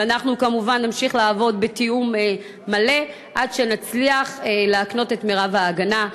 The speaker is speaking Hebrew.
ואנחנו כמובן נמשיך לעבוד בתיאום מלא עד שנצליח להקנות את מרב ההגנה,